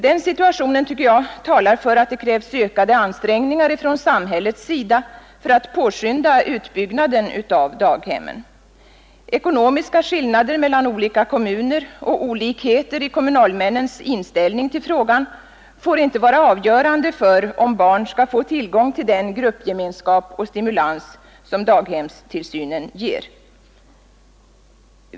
Den situationen talar enligt min mening för att det krävs ökade ansträngningar från samhällets sida för att påskynda utbyggnaden av daghemmen. Ekonomiska skillnader mellan olika kommuner och olikheter i kommunalmännens inställning till frågan får inte vara avgörande för om barn skall få tillgång till den gruppgemenskap och stimulans som daghemstillsynen ger.